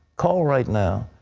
call right now.